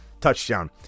touchdown